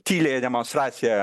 tyliąją demonstraciją